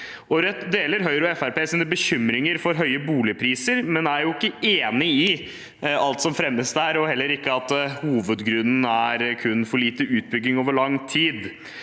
Rødt deler Høyre og Fremskrittspartiets bekymringer for høye boligpriser, men er ikke enig i alt som fremmes der, heller ikke at hovedgrunnen kun er for lite utbygging over lang tid.